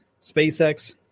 SpaceX